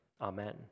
Amen